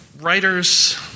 writers